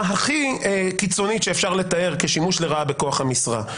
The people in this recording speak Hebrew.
הכי קיצונית שאפשר לתאר כשימוש לרעה בכוח המשרה.